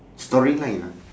storyline ah